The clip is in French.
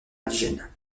indigènes